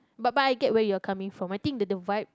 but but I get where you are coming from I think the the vibe